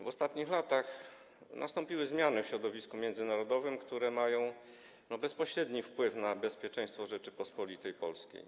W ostatnich latach nastąpiły zmiany w środowisku międzynarodowym, które mają bezpośredni wpływ na bezpieczeństwo Rzeczypospolitej Polskiej.